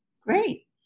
Great